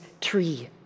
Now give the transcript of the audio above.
tree